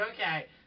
okay